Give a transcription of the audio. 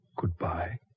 Goodbye